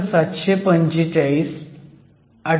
745 18 Ndopant